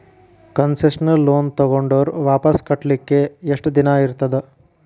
Concessional loan ತಗೊಂಡ್ರ್ ವಾಪಸ್ ಕಟ್ಲಿಕ್ಕೆ ಯೆಷ್ಟ್ ದಿನಾ ಇರ್ತದ?